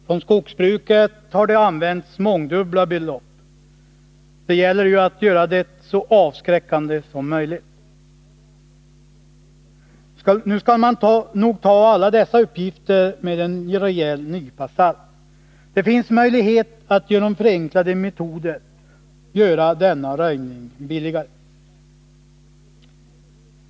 Från skogsbruket har det nämnts mångdubbelt högre belopp — det gäller ju att göra det så avskräckande som möjligt. Man skall nog ta alla dessa uppgifter med en rejäl nypa salt. Det finns möjlighet att genom förenklade metoder göra denna röjning billigare.